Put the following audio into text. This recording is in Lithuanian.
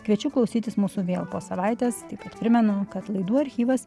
kviečiu klausytis mūsų vėl po savaitės tik primenu kad laidų archyvas